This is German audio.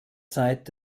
zeit